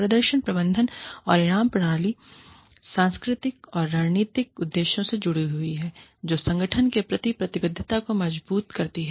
प्रदर्शन प्रबंधन और इनाम प्रणाली सांस्कृतिक और रणनीतिक उद्देश्यों से जुड़ी हुई हैं जो संगठन के प्रति प्रतिबद्धता को मजबूत करती हैं